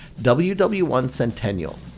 WW1Centennial